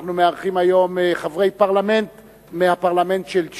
אנחנו מארחים היום חברי פרלמנט מצ'ילה,